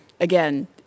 again